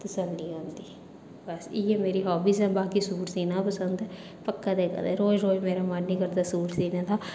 तसल्ली होंदी बस इ'यै मेरी हाबीस ऐ बाकी सूट सीना पसंद ऐ पर कदें कदें रोज रोज मेरा मन निं करदा सूट सीने दा